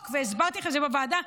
והסברתי את זה בוועדה,